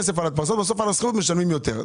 הדפסות ובסוף על האחסון אנחנו משלמים יותר.